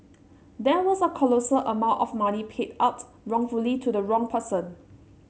there was a colossal amount of money paid out wrongfully to the wrong person